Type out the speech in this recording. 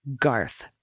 Garth